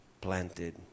planted